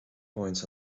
points